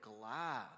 glad